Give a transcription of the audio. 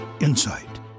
insight